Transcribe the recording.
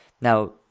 Now